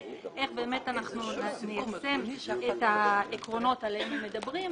איך באמת אנחנו ניישם את העקרונות עליהם מדברים.